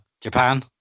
Japan